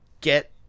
get